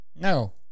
no